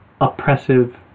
oppressive